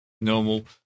normal